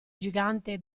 gigante